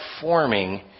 forming